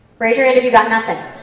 raise you hand if you got nothing.